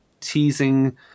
teasing